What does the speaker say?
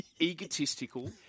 egotistical